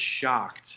shocked